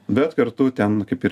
bet kartu ten kaip ir